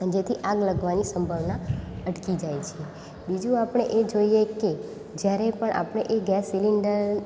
જેથી આગ લાગવાની સંભાવના અટકી જાય છે બીજું આપણે એ જોઈએ કે જ્યારે પણ આપણે એ ગેસ સિલિન્ડર